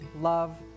love